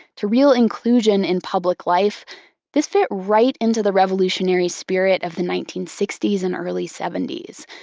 to real inclusion in public life this fit right into the revolutionary spirit of the nineteen sixty s and early seventy s.